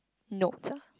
notes ah